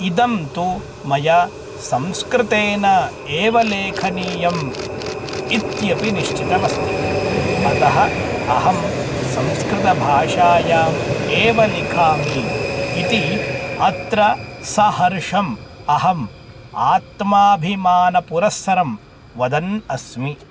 इदं तु मया संस्कृतेन एव लेखनीयम् इत्यपि निश्चितमस्ति अतः अहं संस्कृतभाषायाम् एव लिखामि इति अत्र सहर्षम् अहम् आत्माभिमानपुरस्सरं वदन् अस्मि